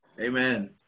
Amen